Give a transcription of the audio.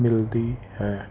ਮਿਲਦੀ ਹੈ